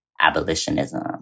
abolitionism